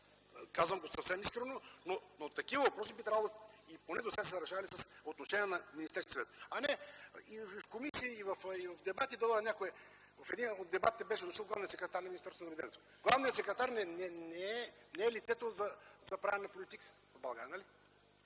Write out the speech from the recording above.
казвам го съвсем искрено, но такива въпроси би трябвало, или поне досега са решавани с отношение на Министерския съвет, а не в комисии, дебати. В един от дебатите беше дошъл главният секретар на Министерството на земеделието. Главният секретар не е лицето за правене на политика в България. Нали?